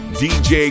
dj